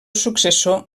successor